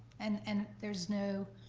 and and there's no,